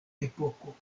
epoko